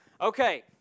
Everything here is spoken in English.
Okay